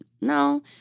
No